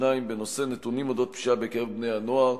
2. נתונים על הפשיעה בקרב בני-הנוער,